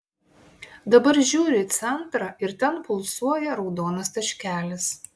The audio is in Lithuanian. dabar žiūriu į centrą ir ten pulsuoja raudonas taškelis